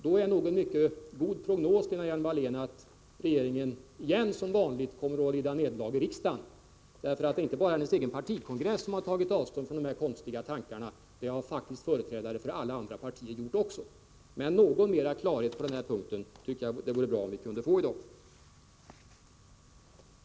Då är nog en mycket god prognos, Lena Hjelm-Wallén, att regeringen åter igen kommer att lida nederlag i riksdagen — det är inte bara hennes egen partikongress som tagit avstånd från de konstiga tankarna; det har faktiskt också företrädare för alla andra partier gjort. Men jag tycker att det vore bra om vi kunde få något mera klarhet på den här punkten i dag.